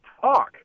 talk